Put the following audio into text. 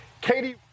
Katie